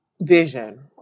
vision